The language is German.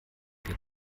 wir